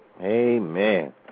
Amen